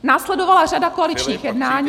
Následovala řada koaličních jednání.